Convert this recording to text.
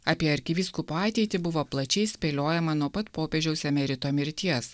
apie arkivyskupo ateitį buvo plačiai spėliojama nuo pat popiežiaus emerito mirties